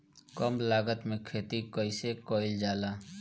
कम लागत में खेती कइसे कइल जाला?